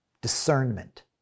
discernment